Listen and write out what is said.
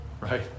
right